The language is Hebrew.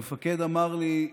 המפקד אמר לי: